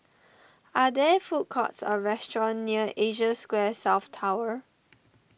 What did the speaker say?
are there food courts or restaurants near Asia Square South Tower